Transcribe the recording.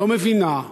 לא מבינה.